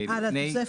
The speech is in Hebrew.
14כז(א)(8).